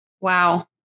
Wow